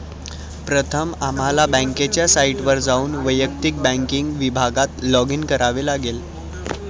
प्रथम आम्हाला बँकेच्या साइटवर जाऊन वैयक्तिक बँकिंग विभागात लॉगिन करावे लागेल